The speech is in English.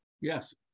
Yes